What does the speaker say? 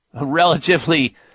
relatively